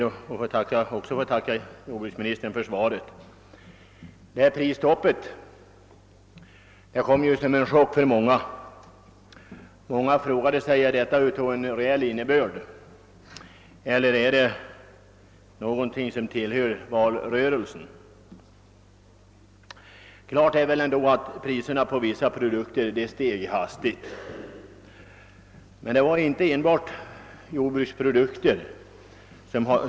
Herr talman! Även jag ber att få tacka jordbruksministern för detta svar. Prisstoppet kom som en chock för många människor, som frågade sig om det verkligen skulle komma att få någon reell innebörd, eller om det bara var någonting som hörde till valrörelsen. Priserna steg dock kraftigt — och inte bara på jordbrukets produkter.